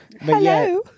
Hello